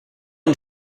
une